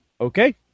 okay